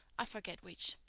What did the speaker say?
i forget which.